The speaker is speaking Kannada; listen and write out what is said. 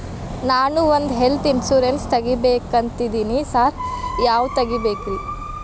ನಾನ್ ಒಂದ್ ಹೆಲ್ತ್ ಇನ್ಶೂರೆನ್ಸ್ ತಗಬೇಕಂತಿದೇನಿ ಸಾರ್ ಯಾವದ ತಗಬೇಕ್ರಿ?